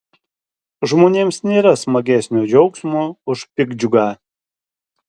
žmonėms nėra smagesnio džiaugsmo už piktdžiugą